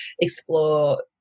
explore